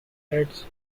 heads